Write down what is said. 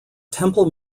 temple